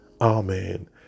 Amen